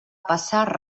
passar